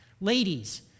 Ladies